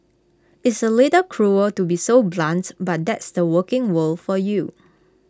it's A little cruel to be so blunt but that's the working world for you